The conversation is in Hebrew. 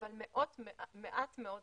אבל מעט מאוד צריכה.